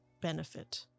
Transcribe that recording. benefit